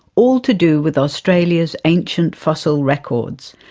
all to do with australia's ancient fossil records.